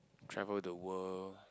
travel the world